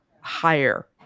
higher